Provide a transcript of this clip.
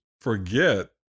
forget